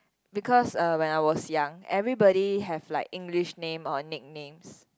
because uh when I was young everybody have like English name or nicknames